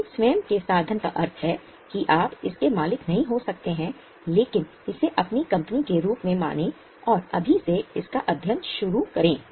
आपके स्वयं के साधन का अर्थ है कि आप इसके मालिक नहीं हो सकते हैं लेकिन इसे अपनी कंपनी के रूप में मानें और अभी से इसका अध्ययन करना शुरू करें